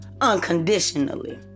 unconditionally